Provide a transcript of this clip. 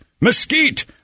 mesquite